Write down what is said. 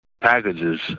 packages